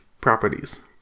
properties